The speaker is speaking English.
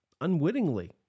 unwittingly